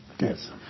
Yes